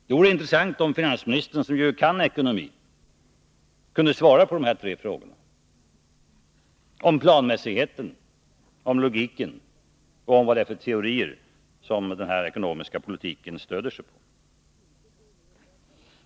Det vore intressant om finansministern, som ju kan det här med ekonomin, kunde svara på mina frågor om planmässighet, om logiken och om vad det är för teorier som er ekonomiska politik stödjer sig på.